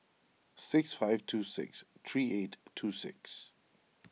six five two six three eight two six